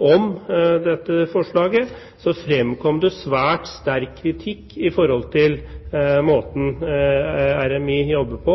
om dette forslaget fremkom svært sterk kritikk når det gjelder måten RMI jobber på,